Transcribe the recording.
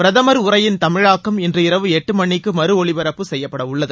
பிரதமர் உரையின் தமிழாக்கம் இன்று இரவு எட்டுமணிக்கு மறு ஒலிபரப்பு செய்யப்பட உள்ளது